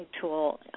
tool